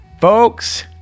Folks